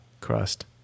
crust